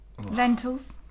lentils